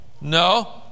No